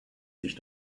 sich